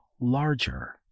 larger